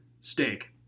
Steak